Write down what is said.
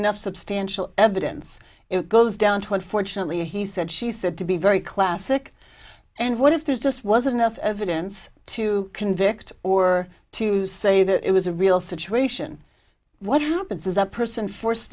enough substantial evidence it goes down twenty fortunately he said she said to be very classic and what if there's just wasn't enough evidence to victor or to say that it was a real situation what happens is that person force